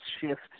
shift